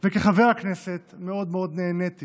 וכחבר הכנסת, מאוד מאוד נהניתי